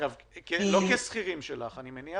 אני מניח שהם לא שכירים שלך.